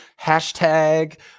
hashtag